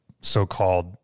so-called